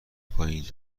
پایین